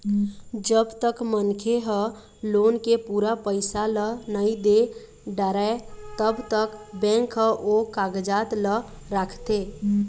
जब तक मनखे ह लोन के पूरा पइसा ल नइ दे डारय तब तक बेंक ह ओ कागजात ल राखथे